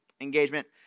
engagement